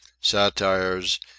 satires